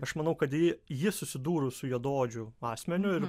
aš manau kad ji ji susidūrus su juodaodžiu asmeniu ir